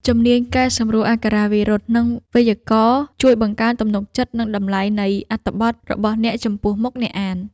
ជំនាញកែសម្រួលអក្ខរាវិរុទ្ធ និងវេយ្យាករណ៍ ជួយបង្កើនទំនុកចិត្ត និងតម្លៃនៃអត្ថបទរបស់អ្នកចំពោះមុខអ្នកអាន។